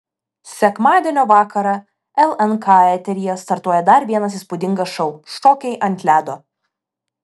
sekmadienio vakarą lnk eteryje startuoja dar vienas įspūdingas šou šokiai ant ledo